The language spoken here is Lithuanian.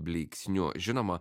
blyksniu žinoma